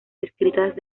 escritas